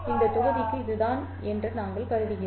இந்த தொகுதிக்கு இதுதான் என்று நாங்கள் கருதுவோம்